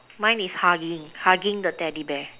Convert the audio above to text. mine is hugging hugging the teddy bear